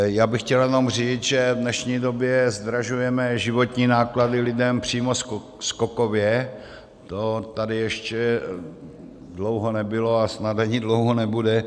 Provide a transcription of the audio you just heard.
Já bych chtěl jenom říct, že v dnešní době zdražujeme životní náklady lidem přímo skokově, to tady ještě dlouho nebylo a snad ani dlouho nebude.